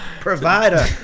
provider